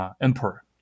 Emperor